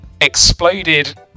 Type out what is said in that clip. exploded